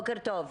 בוקר טוב.